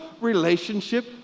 relationship